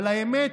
אבל האמת,